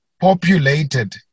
populated